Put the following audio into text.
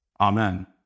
Amen